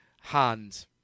hand